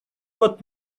what